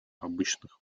обычных